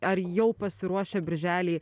ar jau pasiruošę birželį